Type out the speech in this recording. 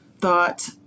thought